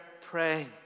praying